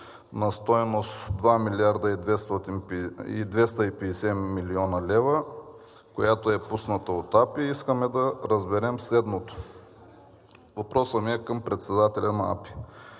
на стойност от 2 млрд. 250 млн. лв., която е пусната от АПИ, искаме да разберем следното: въпросът ми е към председателя на АПИ: